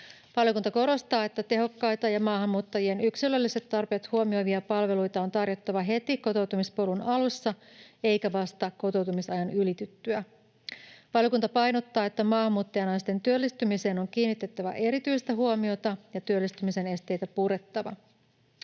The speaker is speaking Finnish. Valiokunta korostaa, että tehokkaita ja maahanmuuttajien yksilölliset tarpeet huomioivia palveluita on tarjottava heti kotoutumispolun alussa eikä vasta kotoutumisajan ylityttyä. Valiokunta painottaa, että maahanmuuttajanaisten työllistymiseen on kiinnitettävä erityistä huomiota ja työllistymisen esteitä purettava.